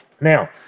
Now